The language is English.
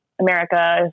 America